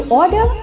order